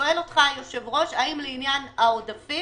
שואל אותם היושב-ראש, האם לעניין העודפים,